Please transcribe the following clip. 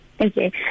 Okay